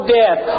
death